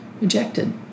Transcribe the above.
rejected